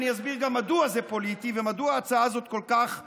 ואני אסביר גם מדוע זה פוליטי ומדוע ההצעה הזאת כל כך בזויה.